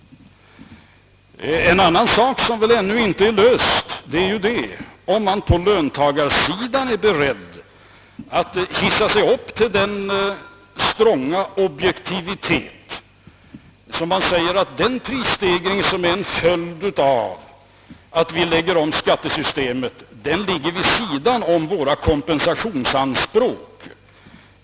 En annan sak som väl ännu inte lösts är om man på löntagarsidan är beredd att höja sig till den stronga objektiviteten att man säger sig, att den prissteg ring som är en följd av en omläggning av skattesystemet ligger vid sidan av kompensationsanspråken.